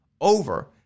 over